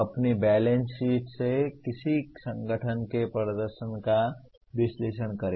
अपनी balance sheet से किसी संगठन के प्रदर्शन का विश्लेषण करें